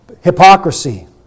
Hypocrisy